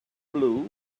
blue